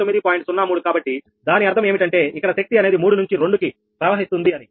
03 కాబట్టి దాని అర్థం ఏమిటంటే ఇక్కడ శక్తి అనేది 3 నుంచి 2 కి ప్రవహిస్తుంది అని